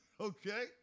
Okay